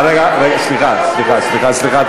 למה הוא מציג, רגע, סליחה, סליחה, סליחה.